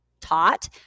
taught